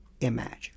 imagine